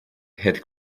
had